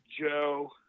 Joe